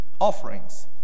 Offerings